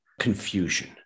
confusion